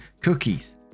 cookies